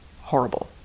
horrible